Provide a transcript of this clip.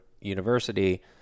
university